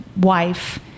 wife